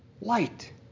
light